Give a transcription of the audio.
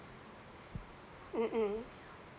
mm mm